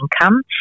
income